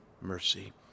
mercy